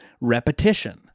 repetition